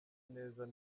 neza